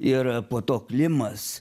ir po to klimas